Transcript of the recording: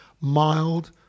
mild